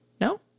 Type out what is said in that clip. No